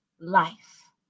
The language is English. life